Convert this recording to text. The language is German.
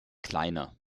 kleiner